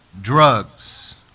drugs